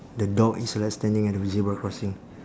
the dog is like standing at the zebra crossing